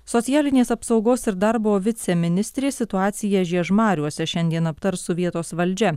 socialinės apsaugos ir darbo viceministrė situaciją žiežmariuose šiandien aptars su vietos valdžia